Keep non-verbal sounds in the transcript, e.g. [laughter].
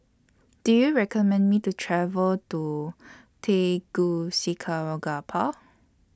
Do YOU recommend Me to travel to [unintelligible]